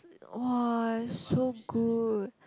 !wah! so good